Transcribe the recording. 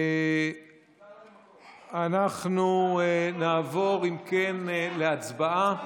אם כן, אנחנו נעבור להצבעה.